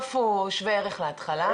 הסוף הוא שווה ערך להתחלה.